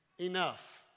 enough